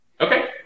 okay